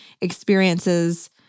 experiences